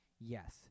Yes